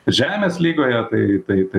žemės lygoje tai tai tai